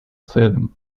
целям